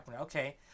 Okay